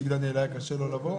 לאיציק דניאל היה קשה לבוא?